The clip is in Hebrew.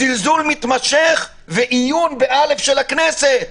זלזול מתמשך ואיון של הכנסת.